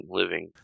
living